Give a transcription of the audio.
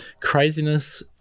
craziness